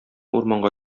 урманга